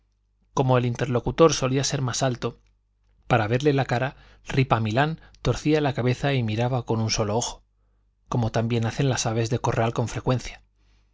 como el interlocutor solía ser más alto para verle la cara ripamilán torcía la cabeza y miraba con un ojo solo como también hacen las aves de corral con frecuencia